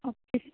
okay